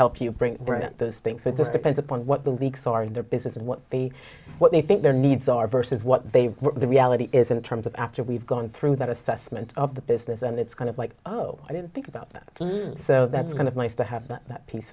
help you bring those things it just depends upon what the leaks are in their business and what they what they think their needs are versus what they were the reality is in terms of after we've gone through that assessment of the business and it's kind of like oh i didn't think about that so that's kind of nice to have that peace